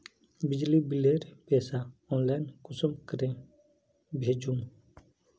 बिजली बिलेर पैसा ऑनलाइन कुंसम करे भेजुम?